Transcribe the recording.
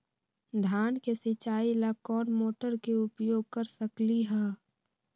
धान के सिचाई ला कोंन मोटर के उपयोग कर सकली ह?